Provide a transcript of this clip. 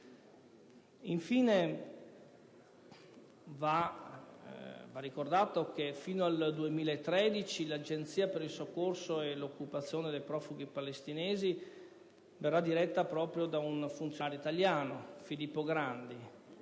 Infine, va ricordato che fino al 2013 l'Agenzia per il soccorso e l'occupazione dei profughi palestinesi verrà diretta proprio da un funzionario italiano, Filippo Grandi.